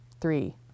three